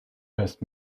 best